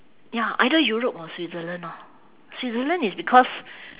ya either europe or switzerland orh switzerland it's because